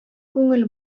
күңел